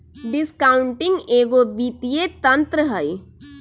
discounting एगो वित्तीय तंत्र हइ